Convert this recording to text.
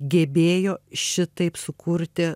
gebėjo šitaip sukurti